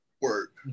Work